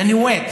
ג'נואט.